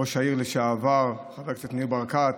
ראש העירייה לשעבר חבר כנסת ניר ברקת,